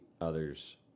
others